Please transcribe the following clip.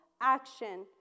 action